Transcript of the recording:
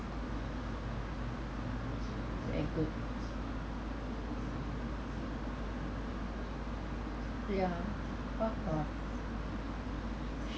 very good yeah work from